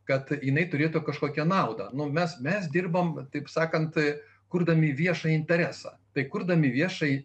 kad jinai turėtų kažkokią naudą nu mes mes dirbam taip sakant kurdami viešą interesą tai kurdami viešajį